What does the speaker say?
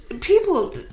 people